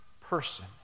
person